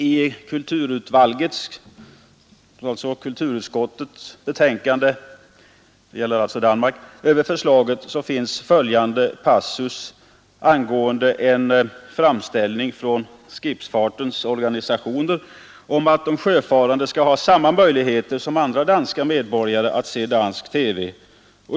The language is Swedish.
I kulturudvalgets — alltså kulturutskottets — betänkande över förslaget finns en passus angående en framställning från ”skibsfartens” organisationer om att de sjöfarande skall ha samma möjligheter som andra danska medborgare att se dansk TV.